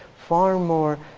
far more,